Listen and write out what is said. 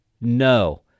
no